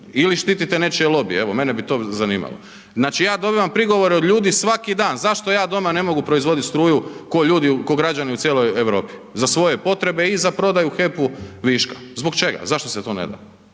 ili štitite nečije lobije, evo mene bi to zanimalo. Znači ja dobivam prigovore od ljudi svaki dan, zašto ja doma ne mogu proizvodit struju kao ljudi, kao građani u cijeloj Europi za svoje potrebe i za prodaju u HEP-u viška, zbog čega? Zašto se to ne da?